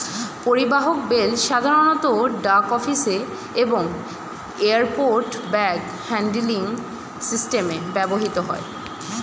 পরিবাহক বেল্ট সাধারণত ডাক অফিসে এবং এয়ারপোর্ট ব্যাগ হ্যান্ডলিং সিস্টেমে ব্যবহৃত হয়